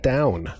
Down